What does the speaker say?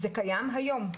זה קיים היום.